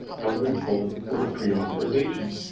covered in full, with a pre-authorization.